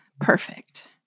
perfect